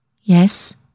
Yes